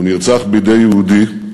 הוא נרצח בידי יהודי,